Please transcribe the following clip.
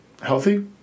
healthy